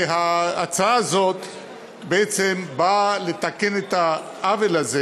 וההצעה הזו בעצם באה לתקן את העוול הזה